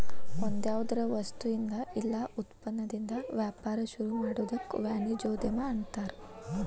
ಒಂದ್ಯಾವ್ದರ ವಸ್ತುಇಂದಾ ಇಲ್ಲಾ ಉತ್ಪನ್ನದಿಂದಾ ವ್ಯಾಪಾರ ಶುರುಮಾಡೊದಕ್ಕ ವಾಣಿಜ್ಯೊದ್ಯಮ ಅನ್ತಾರ